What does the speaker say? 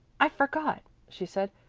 i forgot, she said.